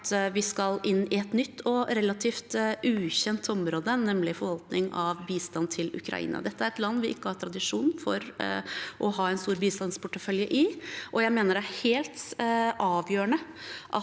vi skal inn i et nytt og relativt ukjent område, nemlig forvaltning av bistand til Ukraina. Dette er et land vi ikke har tradisjon for å ha en stor bistandsportefølje i, og jeg mener det er helt avgjørende